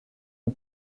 une